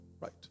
right